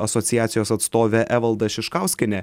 asociacijos atstovė evalda šiškauskienė